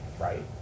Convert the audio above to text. right